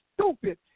stupid